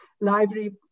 library